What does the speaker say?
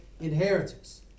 inheritance